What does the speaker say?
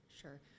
Sure